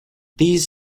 these